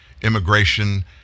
immigration